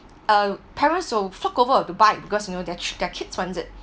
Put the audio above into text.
uh parents will fork over to buy because you know their ki~ their kids wants it